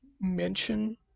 mention